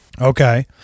Okay